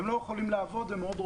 הן לא יכולות לעבוד.